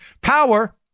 power